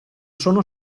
sono